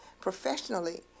professionally